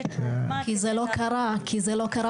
כי זה חלק מהדרך